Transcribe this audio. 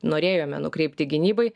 norėjome nukreipti gynybai